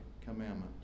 commandment